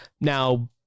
Now